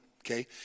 okay